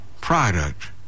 product